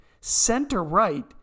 center-right